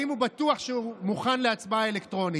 הוא בטוח שהוא מוכן להצבעה אלקטרונית.